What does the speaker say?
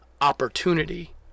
opportunity